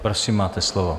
Prosím, máte slovo.